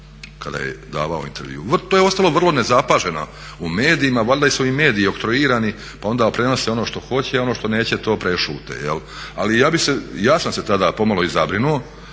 kada je davao intervju. To je ostalo vrlo nezapaženo u medijima, valjda su i mediji oktroirani pa onda prenose ono što hoće a ono što neće to prešute. Ali ja sam se tada pomalo i zabrinuo